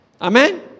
Amen